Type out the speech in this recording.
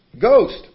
Ghost